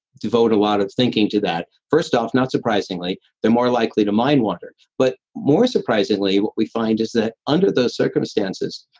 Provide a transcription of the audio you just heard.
devote a lot of thinking to that, first off, not surprisingly, they're more likely to mind wander. but, more surprisingly, what we find is that under those circumstances,